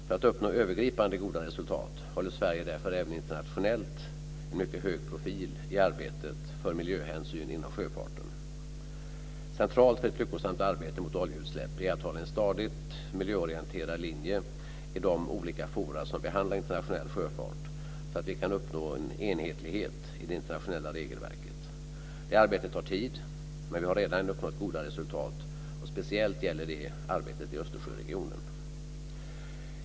För att uppnå övergripande goda resultat håller Sverige därför även internationellt en mycket hög profil i arbetet för miljöhänsyn inom sjöfarten. Centralt för ett lyckosamt arbete mot oljeutsläpp är att hålla en stadigt miljöorienterad linje i de olika forum som behandlar internationell sjöfart så att vi kan uppnå enhetlighet i det internationella regelverket. Detta arbete tar tid, men vi har redan uppnått goda resultat, speciellt vad gäller arbetet i Östersjöregionen.